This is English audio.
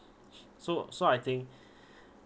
so so I think